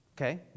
Okay